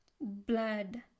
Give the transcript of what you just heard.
blood